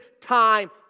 time